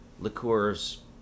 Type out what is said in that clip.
liqueurs